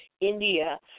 India